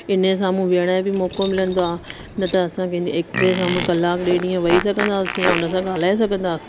इनजे साम्हूं वेहण जो बि मौको मिलंदो आहे न त असां कंहिंजे एक्टर जे साम्हूं कलाकु ॾेढ ईअं वेही सघंदासी या हुनसां ॻाल्हाए सघंदासी